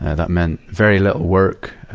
that meant very little work,